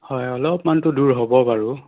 হয় অলপ মানটো দূৰ হ'ব বাৰু